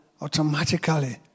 automatically